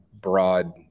broad